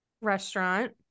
restaurant